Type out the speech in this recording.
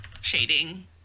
shading